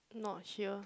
not here